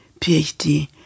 PhD